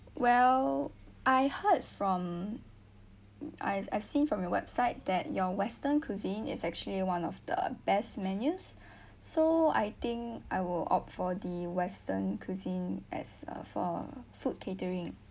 well I heard from I've I've seen from your website that your western cuisine is actually one of the best menus so I think I will opt for the western cuisine as a for food catering